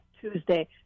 Tuesday